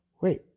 wait